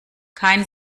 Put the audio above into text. kein